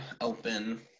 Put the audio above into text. open